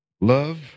Love